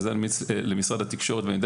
וזה אני ממליץ למשרד התקשורת ואני יודע